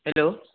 hello